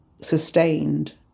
sustained